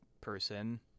person